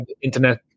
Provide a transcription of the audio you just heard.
internet